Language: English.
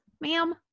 ma'am